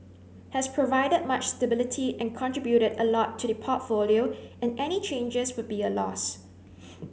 has provided much stability and contributed a lot to the portfolio and any changes would be a loss